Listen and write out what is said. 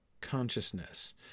consciousness